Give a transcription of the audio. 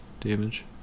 damage